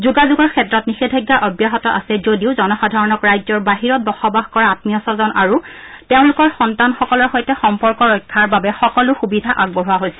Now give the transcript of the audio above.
যোগাযোগৰ ক্ষেত্ৰত নিষেধাজ্ঞা অব্যাহত আছে যদিও জনসাধাৰণক ৰাজ্যৰ বাহিৰত বসবাস কৰা আমীয় স্বজন আৰু তেওঁলোকৰ ল'ৰা ছোৱালীৰ সৈতে সম্পৰ্ক ৰক্ষাৰ বাবে সকলো সুবিধা আগবঢ়োৱা হৈছে